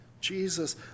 Jesus